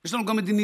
יש לנו גם מדיניות.